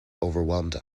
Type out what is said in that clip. overwhelmed